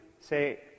say